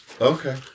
Okay